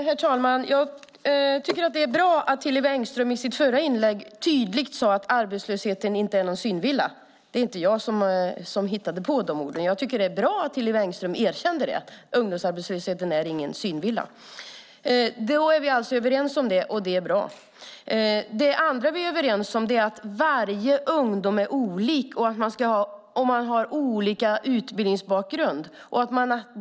Herr talman! Jag tycker att det var bra att Hillevi Engström i sitt förra inlägg tydligt sade att arbetslösheten inte är någon synvilla. Det var inte jag som hittade på de orden. Jag tycker att det är bra att Hillevi Engström erkänner att ungdomsarbetslösheten inte är någon synvilla. Då är vi alltså överens om det, och det är bra. Det andra vi är överens om är att alla ungdomar är olika och att var och en har olika utbildningsbakgrund.